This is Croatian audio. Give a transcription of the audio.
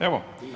Evo.